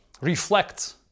reflect